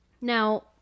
Now